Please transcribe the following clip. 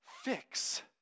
fix